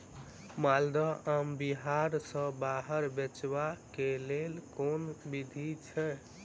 माल्दह आम बिहार सऽ बाहर बेचबाक केँ लेल केँ विधि छैय?